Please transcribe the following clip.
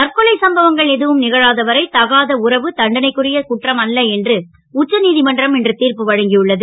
தற்கொலை சம்பவங்கள் எதுவும் கழாத வரை தகாத உறவு தண்டனைக்குரிய குற்றம் அல்ல என்று உச்சநீ மன்றம் இன்று திர்ப்பு வழங்கியுள்ளது